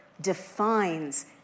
defines